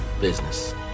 business